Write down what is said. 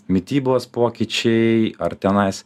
mitybos pokyčiai ar tenais